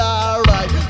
alright